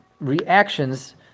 reactions